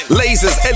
lasers